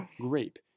grape